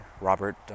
Robert